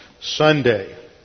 Sunday